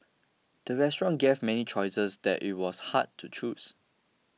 the restaurant gave many choices that it was hard to choose